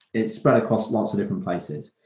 it's spread across lots of different places.